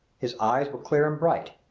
his eyes were clear and bright.